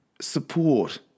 Support